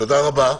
תודה רבה.